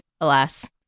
alas